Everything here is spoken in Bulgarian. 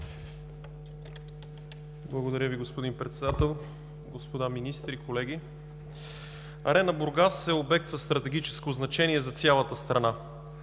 Благодаря Ви, господин Председател. Господа министри, колеги! „Арена Бургас“ е обект със стратегическо значение за цялата страна.